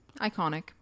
Iconic